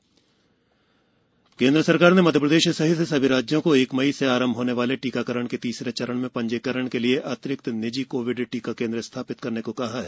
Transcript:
केन्द्र राज्य टीकाकरण केन्द्र सरकार ने मप्र सहित सभी राज्यों को एक मई से आरंभ होने वाले टीकाकरण के तीसरे चरण में जीकरण के लिए अतिरिक्त निजी कोविड टीका केन्द्र स्थाप्रित करने को कहा है